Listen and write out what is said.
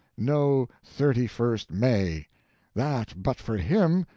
no thirty first may that but for him,